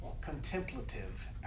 contemplative